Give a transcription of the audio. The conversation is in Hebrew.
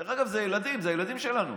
דרך אגב, זה ילדים, זה הילדים שלנו,